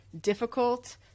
difficult